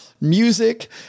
music